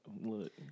Look